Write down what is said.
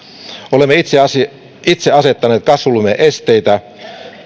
olemme itse asettaneet kasvullemme esteitä